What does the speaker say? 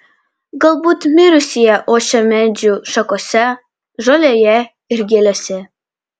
galbūt mirusieji ošia medžių šakose žolėje ir gėlėse